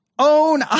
own